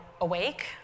awake